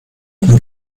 nehmen